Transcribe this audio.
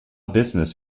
business